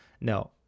no